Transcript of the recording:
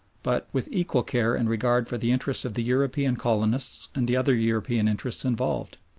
but, with equal care and regard for the interests of the european colonists and the other european interests involved.